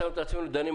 בעקבות ההסכמה עם דלית,